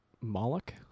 Moloch